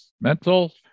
mental